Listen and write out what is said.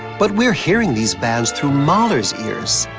but we're hearing these bands through mahler's ears,